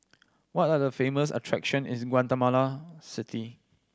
which are the famous attraction is Guatemala City